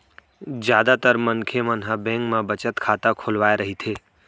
जादातर मनखे मन ह बेंक म बचत खाता खोलवाए रहिथे